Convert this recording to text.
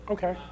Okay